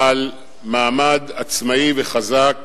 בעל מעמד עצמאי וחזק